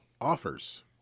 offers